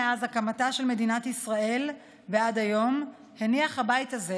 מאז הקמתה של מדינת ישראל ועד היום הניח הבית הזה